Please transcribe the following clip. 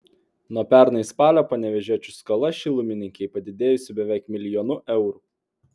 nuo pernai spalio panevėžiečių skola šilumininkei padidėjusi beveik milijonu eurų